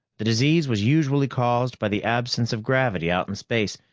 the disease was usually caused by the absence of gravity out in space,